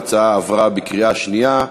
ההצעה עברה בקריאה שנייה.